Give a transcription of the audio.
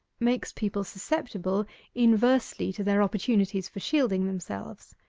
makes people susceptible inversely to their opportunities for shielding themselves.